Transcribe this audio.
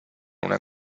una